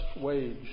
wage